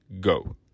go